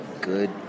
good